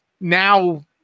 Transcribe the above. now